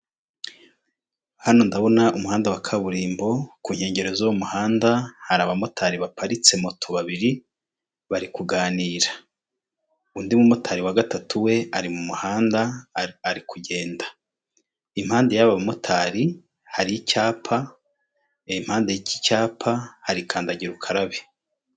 Hano ndabona umuhanda wa kaburimbo ku nkengero z'uwo muhanda hari abamotari baparitse moto babiri bari kuganira, undi mu motari wa gatatu we ari mu muhanda ari kugenda, impande y'abamotari hari icyapa impande y'iki cyapa hari kandagira ukarabe.